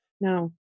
No